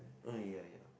mm ya ya